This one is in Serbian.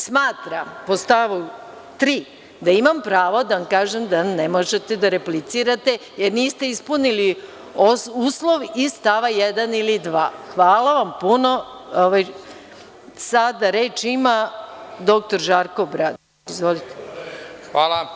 Smatram po stavu 3. da imam pravo da vam kažem da ne možete da replicirate, jer niste ispunili uslov iz stava 1. ili 2. Sada reč ima dr Žarko Obradović.